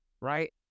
right